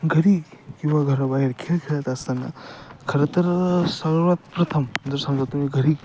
घरी किंवा घराबाहेर खेळ खेळत असताना खरं तर सर्वात प्रथम जर सांगता येईल घरी